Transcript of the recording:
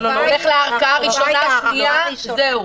הולך לערכאה ראשונה, שניה, זהו.